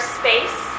space